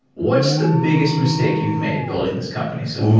what's the biggest mistake you've made building this company so